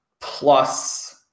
plus